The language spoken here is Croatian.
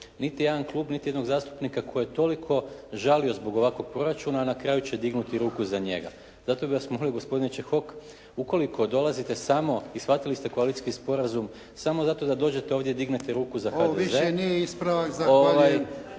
niti jedan klub, niti jednog zastupnika koji je toliko žalio zbog ovakvog proračuna, a na kraju će dignuti ruku za njega. Zato bih vas molio gospodine Čehok, ukoliko dolazite samo i shvatile ste koalicijski sporazum samo zato da dođete ovdje i dignete ruku za HDZ … …/Upadica: Ovo više nije ispravak. Zahvaljujem./…